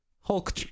Hulk